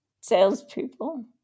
salespeople